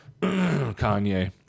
Kanye